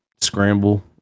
scramble